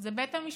זה בית המשפט.